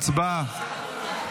הצבעה.